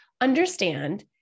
understand